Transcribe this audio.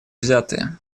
взятые